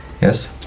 Yes